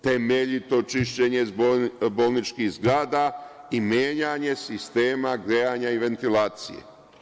Temeljito čišćenje bolničkih zgrada i menjanje sistema grejanja i ventilacije.